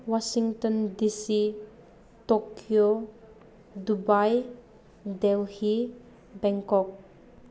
Washington DC Tokyo Dubai Delhi Bangkok